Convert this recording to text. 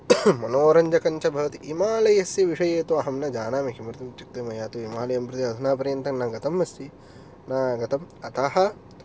मनोरञ्जकञ्च भवति हिमालयस्य विषये तु अहं न जानामि किमर्थम् इत्युक्ते मया तु हिमालयं प्रति अधुनापर्यन्तं न गतम् अस्ति न गतम् अतः